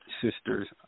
sisters